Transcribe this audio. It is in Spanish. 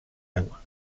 agua